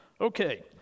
Okay